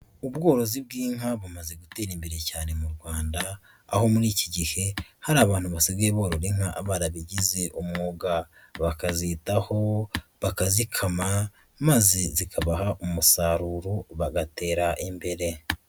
Ubworozi bw'inka bumaze gutera imbere cyane mu Rwanda aho muri iki gihe hari abantu basigaye borora inka barabigize umwuga, bakazitaho bakazikama maze zikabaha umusaruro bagatera imbere.